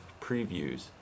previews